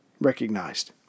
recognized